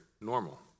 normal